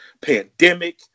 pandemic